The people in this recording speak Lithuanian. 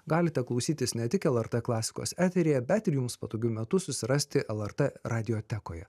galite klausytis ne tik lrt klasikos eteryje bet ir jums patogiu metu susirasti lrt radiotekoje